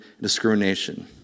discrimination